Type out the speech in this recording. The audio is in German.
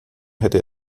hätte